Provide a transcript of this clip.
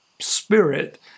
spirit